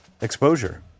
exposure